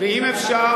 ואם אפשר,